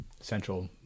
central